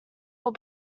will